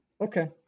Okay